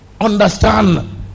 understand